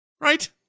Right